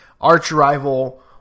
arch-rival